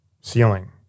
ceiling